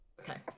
okay